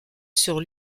sur